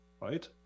Right